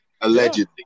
allegedly